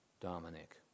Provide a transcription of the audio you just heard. Dominic